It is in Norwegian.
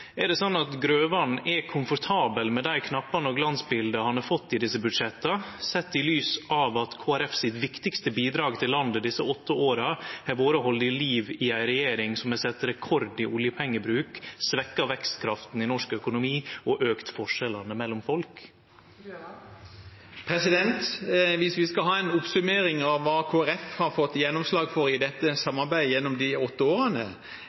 med dei knappane og glansbilda han har fått i desse budsjetta, sett i lys av at Kristeleg Folkepartis viktigaste bidrag til landet desse åtte åra har vore å halde liv ei regjering som har sett rekord i oljepengebruk, svekt vekstkrafta i norsk økonomi og auka forskjellane mellom folk? Viss vi skal ha en oppsummering av hva Kristelig Folkeparti har fått gjennomslag for i dette samarbeidet gjennom de åtte